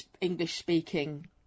English-speaking